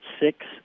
six